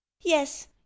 yes